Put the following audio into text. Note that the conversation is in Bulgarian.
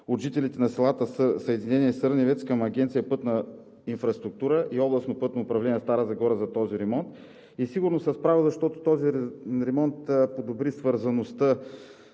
от жителите на селата Съединение и Сърневец към Агенция „Пътна инфраструктура“ и Областно пътно управление – Стара Загора, за този ремонт. И сигурно с право, защото ремонтът подобри свързаността